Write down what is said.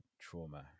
trauma